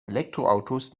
elektroautos